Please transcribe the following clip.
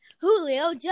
Julio